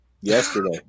yesterday